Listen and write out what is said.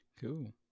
cool